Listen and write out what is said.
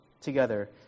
together